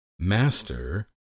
Master